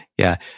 yeah,